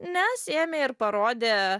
nes ėmė ir parodė